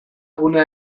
gunea